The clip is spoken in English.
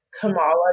Kamala